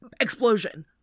explosion